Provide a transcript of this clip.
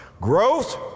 growth